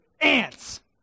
ants